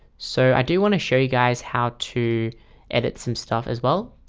so i do want to show you guys how to edit some stuff as well.